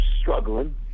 struggling